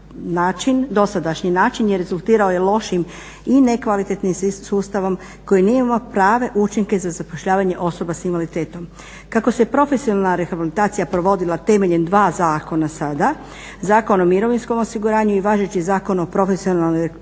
na dosadašnji način je rezultiralo lošim i nekvalitetnim sustavom koji nije imao prave učinke za zapošljavanje osoba s invaliditetom. Kako se profesionalna rehabilitacija provodila temeljem dva zakona sada, Zakon o mirovinskom osiguranju i važeći Zakon o profesionalnoj rehabilitaciji